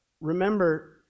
Remember